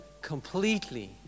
completely